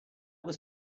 was